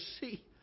see